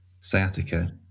sciatica